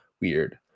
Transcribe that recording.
weird